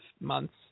months